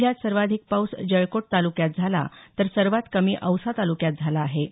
जिल्ह्यात सर्वाधिक पाऊस जळकोट तालुक्यात झाला तर सर्वात कमी औसा तालुक्यात झाला आहे